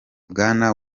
bwana